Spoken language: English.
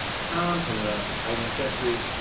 kant in the eighteenth century,